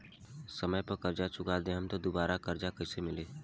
समय पर कर्जा चुका दहम त दुबाराकर्जा कइसे मिली?